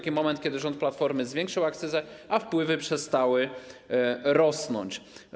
kiedy rząd Platformy zwiększył akcyzę, a wpływy przestały rosnąć.